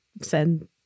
send